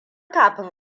kafin